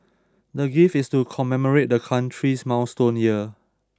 the gift is to commemorate the country's milestone year